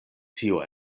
tio